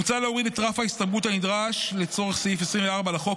מוצע להוריד את רף ההסתברות הנדרש לצורך סעיף 24 לחוק,